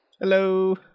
Hello